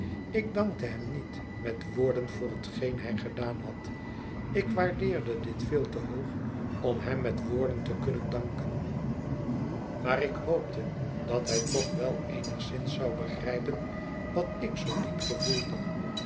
ik dankte hem niet met woorden voor hetgeen hij gedaan had ik waardeerde dit veel te hoog om hem met woorden te kunnen danken maar ik hoopte dat hij toch wel eenigszins zou begrijpen wat ik zoo diep gevoelde